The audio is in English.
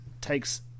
takes